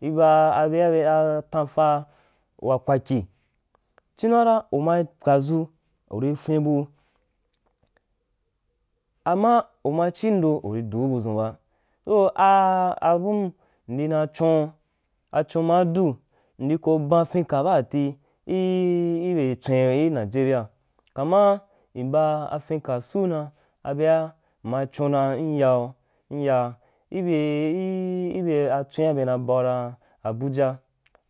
Iba a abea be a lemfa vo kwakyi, chinara umai pwadʒu uri fyinbu uma chindo uriduu budʒun ba so a abum m di nai chun achun maa du m ndi ko ban finka baati i be tswen i i nigeria kama i mba finka suu na abea mma ch dan m yue myau i be i ibe tswean be na bau dan abuja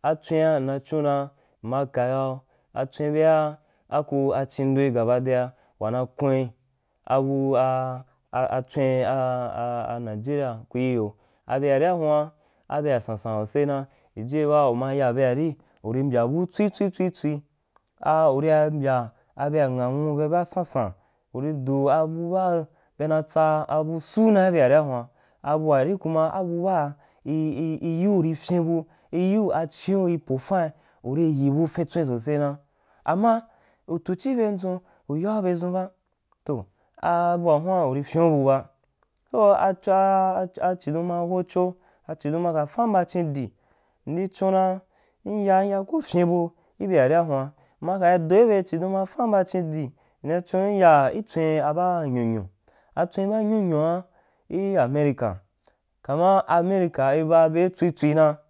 atswian m na chon da mmaka yau atswin bea aku a chindo gabadea wana kuín aba a atswen a a a atswin a-a a nigeria kuiyo a bearihuan i bea sansan sosa na jijiyeba uma ya beari uri mbyabu tswi tswi tswi tswi, a uria mbya bea nghanghu be baa sansan uri du ebu baa be na tsa abu suu na i beari huan abu baa i i i riyu ri fyin bu i yiu achiun ri pofain uri yibu finstwin sose na, ama u tuchi be ndʒun u yau beʒun ba toh abua huan uri fyiun budʒun ba so a chidon ma hocho a chidum ma ka fam ba chīndi ndi chon ra m ya m ya ka fyin bu i bea ria huan mna ka doi be chidun ma ka farn bachi ndi mna chun mya atswin baa nyo nyo atswen ba nyo-nyoa ki america, kama america iba be tswi tswi na.